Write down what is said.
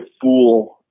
fool